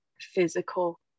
physical